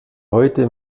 heute